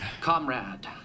comrade